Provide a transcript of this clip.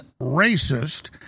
racist